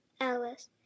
Alice